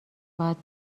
باید